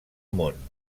món